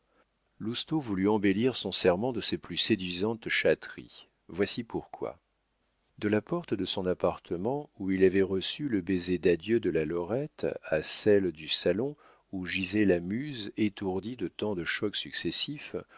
lousteau voulut embellir son serment de ses plus séduisantes chatteries voici pourquoi de la porte de son appartement où il avait reçu le baiser d'adieu de la lorette à celle du salon où gisait la muse étourdie de tant de chocs successifs